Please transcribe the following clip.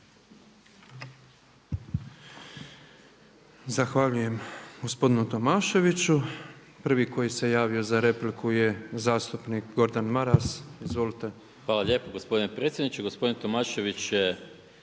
Zahvaljujem gospodinu Tomaševiću. Prvi koji se javio za repliku je zastupnik Gordan Maras. Izvolite. **Maras, Gordan (SDP)** Hvala lijepa gospodine predsjedniče. Gospodin Tomašević